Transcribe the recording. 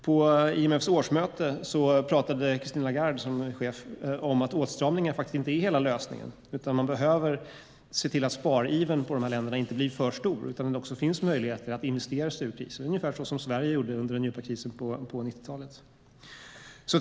På IMF:s årsmöte talade Christine Lagarde, som är chef, om att åtstramningar faktiskt inte är hela lösningen utan att man behöver se till att sparivern i dessa länder inte blir för stor utan att det också finns möjligheter för dem att investera sig ur krisen, ungefär som Sverige gjorde under den djupa krisen på 90-talet.